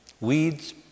weeds